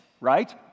right